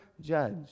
judge